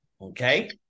Okay